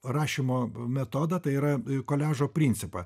rašymo metodą tai yra koliažo principą